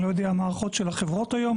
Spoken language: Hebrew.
אני לא יודע מה ההערכות של החברות היום,